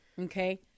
okay